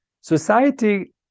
society